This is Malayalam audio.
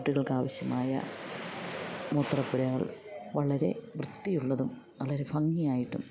കുട്ടികൾക്ക് ആവശ്യമായ മൂത്രപുരകൾ വളരെ വൃത്തി ഉള്ളതും വളരെ ഭംഗി ആയിട്ടും